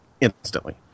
instantly